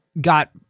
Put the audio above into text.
got